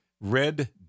red